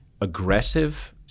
aggressive-